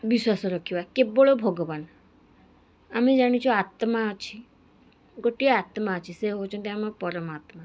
ବିଶ୍ୱାସ ରଖିବା କେବଳ ଭଗବାନ ଆମେ ଜାଣିଛୁ ଆତ୍ମା ଅଛି ଗୋଟିଏ ଆତ୍ମା ଅଛି ସେ ହେଉଛନ୍ତି ଆମ ପରମାତ୍ମା